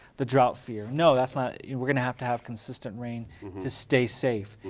the drought fear. no, that's not we're going to have to have consistent rain to stay safe.